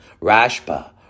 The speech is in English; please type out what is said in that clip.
Rashba